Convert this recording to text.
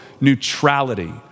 neutrality